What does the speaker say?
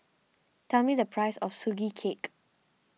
tell me the price of Sugee Cake